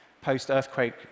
post-earthquake